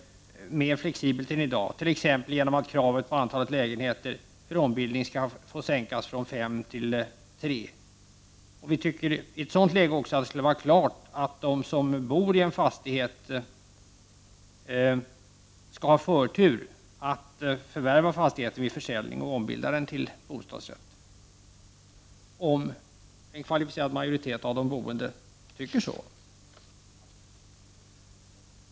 Detta kan ske t.ex. genom att kravet på antalet lägenheter som skall ombildas sänks från fem till tre. I ett sådant läge skall det också stå klart att de som bor i en fastighet vid försäljning skall ha förtur att förvärva fastigheten och ombilda den till bostadsrätter, detta om en kvalificerad majoritet av de boende ställer sig bakom förslaget. Herr talman!